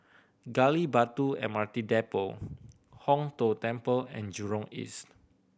Gali Batu M R T Depot Hong Tho Temple and Jurong East